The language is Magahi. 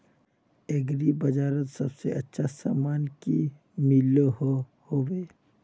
एग्री बजारोत सबसे अच्छा सामान की मिलोहो होबे?